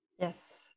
Yes